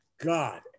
God